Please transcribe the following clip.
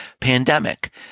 pandemic